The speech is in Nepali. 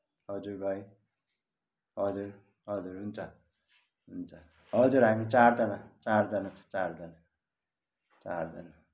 हजुर भाइ हजुर हजुर हुन्छ हुन्छ हजुर हामी चारजना चारजना छ चारजना चारजना